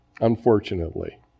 unfortunately